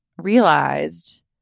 realized